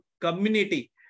community